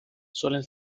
suelen